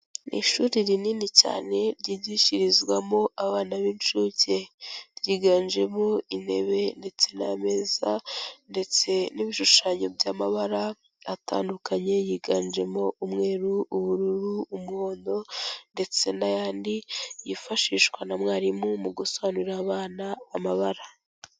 Ni ishuri rinini cyane ryigishirizwamo abana b'incuke, ryiganjemo intebe ndetse n'ameza ndetse n'ibishushanyo by'amabara atandukanye yiganjemo umweru, ubururu, umuhondo ndetse n'ayandi yifashishwa na mwarimu mu gusobanurira abana amabara.